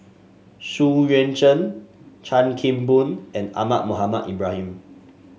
Xu Yuan Zhen Chan Kim Boon and Ahmad Mohamed Ibrahim